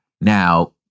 Now